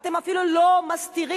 אתם אפילו לא מסתירים,